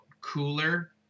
cooler